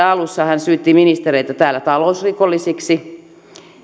alussa hän syytti ministereitä täällä talousrikollisiksi